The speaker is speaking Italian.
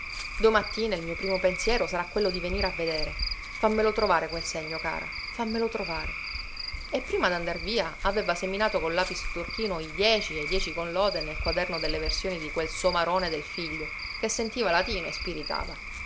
domattina il mio primo pensiero sarà quello di venire a vedere fammelo trovare quel segno cara fammelo trovare e prima d'andar via aveva seminato col lapis turchino i dieci e i dieci con lode nel quaderno delle versioni di quel somarone del figlio che sentiva latino e spiritava